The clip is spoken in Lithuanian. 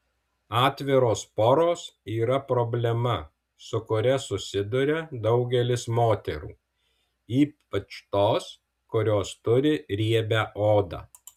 atviros poros yra problema su kuria susiduria daugelis moterų ypač tos kurios turi riebią odą